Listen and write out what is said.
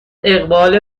اقبال